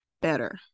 better